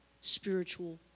spiritual